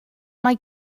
mae